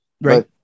Right